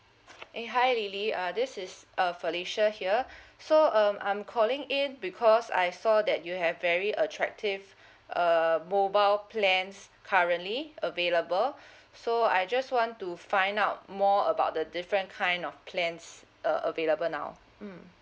eh hi lily uh this is uh felicia here so um I'm calling in because I saw that you have very attractive err mobile plans currently available so I just want to find out more about the different kind of plans uh available now mm